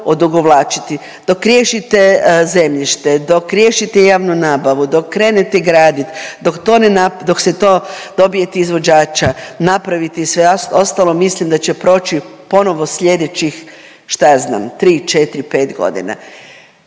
Dok riješite zemljište, dok riješite javnu nabavu, dok krenete gradit, dok to ne nap…, dok se to, dobijete izvođača, napravite i sve ostalo mislim da će proći ponovno slijedećih šta ja znam 3. 4-5.g..